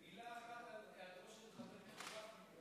מילה אחת על היעדרו של חבר הכנסת גפני,